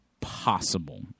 possible